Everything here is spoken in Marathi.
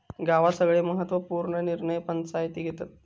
गावात सगळे महत्त्व पूर्ण निर्णय पंचायती घेतत